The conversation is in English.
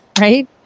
right